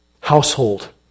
household